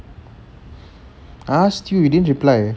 I asked you you didn't reply